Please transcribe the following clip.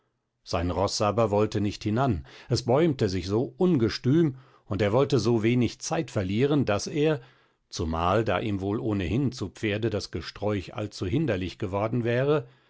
sein roß aber wollte nicht hinan es bäumte sich so ungestüm und er wollte so wenig zeit verlieren daß er zumal da ihm wohl ohnehin zu pferde das gesträuch allzu hinderlich geworden wäre